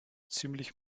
ziemlich